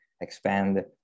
expand